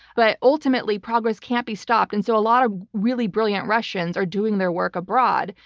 but ultimately progress can't be stopped, and so a lot of really brilliant russians are doing their work abroad,